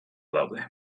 daude